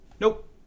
Nope